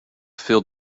filled